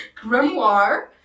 grimoire